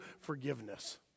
forgiveness